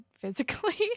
physically